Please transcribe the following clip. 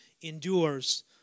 endures